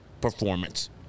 performance